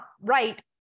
right